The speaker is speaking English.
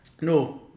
No